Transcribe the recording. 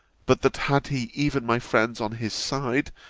but that had he even my friends on his side,